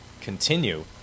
continue